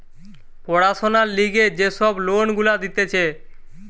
পড়াশোনার লিগে যে সব লোন গুলা দিতেছে